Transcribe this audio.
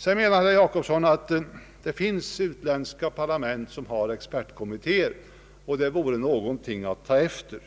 Sedan säger herr Jacobsson att det finns utländska parlament som har expertkommittéer, och det vore någonting att ta efter.